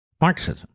Marxism